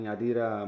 Adira